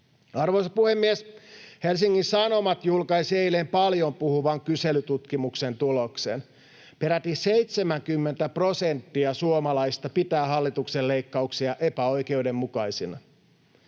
Arvoisa puhemies! Helsingin Sanomat julkaisi eilen paljon puhuvan kyselytutkimuksen tuloksen. Peräti 70 prosenttia suomalaisista pitää hallituksen leikkauksia epäoikeudenmukaisina.